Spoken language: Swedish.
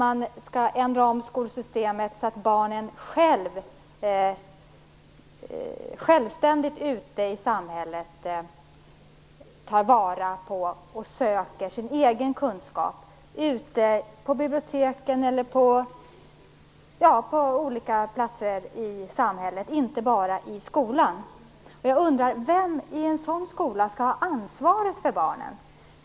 Man skall ändra om skolsystemet så att barnen självständigt ute i samhället tar vara på och söker sin egen kunskap, på biblioteken och olika platser i samhället, inte bara i skolan. Jag undrar: Vem i en sådan skola skall ha ansvaret för barnen?